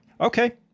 Okay